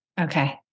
Okay